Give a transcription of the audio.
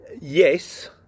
Yes